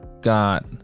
got